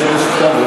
חבר הכנסת כבל?